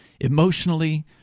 emotionally